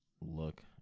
look